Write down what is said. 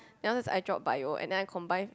then afterwards I dropped bio and then I combine